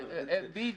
בדיוק.